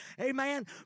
Amen